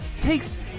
takes